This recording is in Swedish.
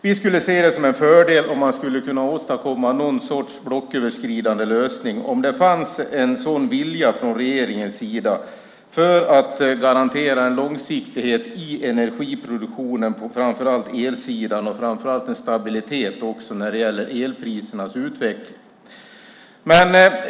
Vi skulle se det som en fördel om man skulle kunna åstadkomma någon sorts blocköverskridande lösning, om det fanns en sådan vilja från regeringens sida, för att garantera en långsiktighet i energiproduktionen på framför allt elsidan och också en stabilitet när det gäller elprisernas utveckling.